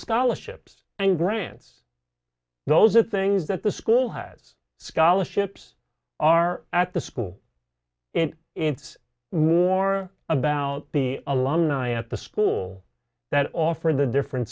scholarships and grants those are things that the school has scholarships are at the school and it's more about the alumni at the school that offered the different